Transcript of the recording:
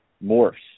Morse